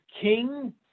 king